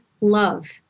love